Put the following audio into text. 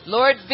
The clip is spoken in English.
Lord